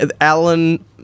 Alan